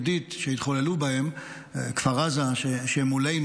היהודית שהתחוללו בכפר עזה שמולנו,